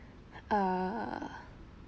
err